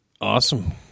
Awesome